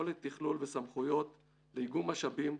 יכולת תכלול וסמכויות לאיגום משאבים,